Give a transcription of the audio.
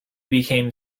became